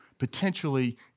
potentially